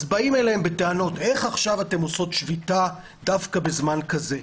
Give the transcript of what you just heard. אז באים אליהם בטענות איך אתן עושות עכשיו שביתה דווקא בזמן כזה?